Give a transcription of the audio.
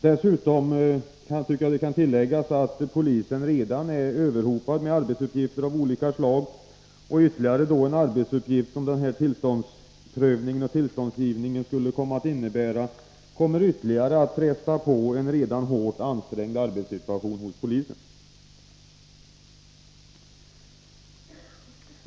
Dessutom kan tilläggas att polisen redan är överhopad med arbetsuppgifter av olika slag. Ytterligare en arbetsuppgift, som denna tillståndsgivning skulle innebära, kommer att än mer fresta på en redan hårt ansträngd arbetssituation hos polisen.